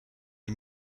les